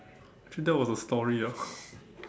actually that was a story ah